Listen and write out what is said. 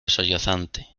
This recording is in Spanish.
sollozante